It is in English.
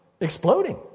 exploding